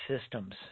systems